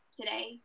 today